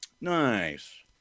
nice